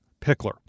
Pickler